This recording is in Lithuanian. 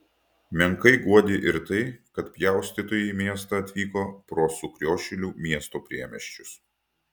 menkai guodė ir tai kad pjaustytojai į miestą atvyko pro sukriošėlių miesto priemiesčius